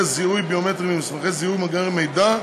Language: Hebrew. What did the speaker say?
זיהוי ביומטריים במסמכי זיהוי ובמאגר מידע,